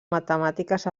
matemàtiques